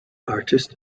artist